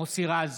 מוסי רז,